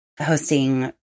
hosting